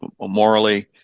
morally